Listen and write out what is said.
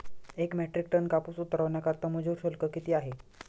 एक metric ton कापूस उतरवण्याकरता मजूर शुल्क किती आहे?